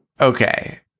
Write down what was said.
okay